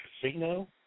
casino